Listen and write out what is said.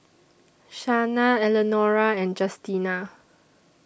Shana Eleanora and Justina